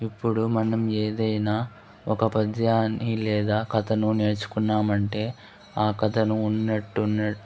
ఇప్పుడు మనం ఏదైన ఒక పద్యాన్ని లేదా కథను నేర్చుకున్నామంటే ఆ కథను ఉన్నట్టున్నట్టు